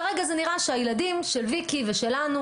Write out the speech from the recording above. כרגע זה נראה שהילדים של ויקי ושלנו,